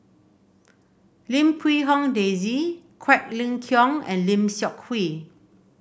Lim Quee Hong Daisy Quek Ling Kiong and Lim Seok Hui